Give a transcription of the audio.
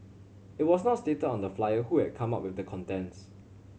it was not stated on the flyer who had come up with the contents